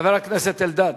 חבר הכנסת אלדד.